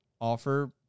offer